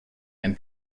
and